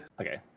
Okay